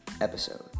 episode